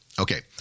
Okay